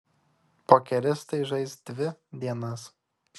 pokeristai žais dvi dienas